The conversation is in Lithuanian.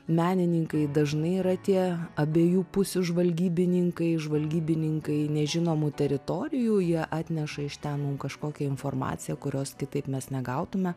menininkai dažnai yra tie abiejų pusių žvalgybininkai žvalgybininkai nežinomų teritorijų jie atneša iš ten mum kažkokią informaciją kurios kitaip mes negautume